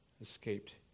escaped